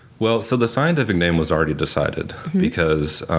well so the scientific name was already decided because